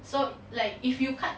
so like if you cut